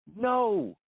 No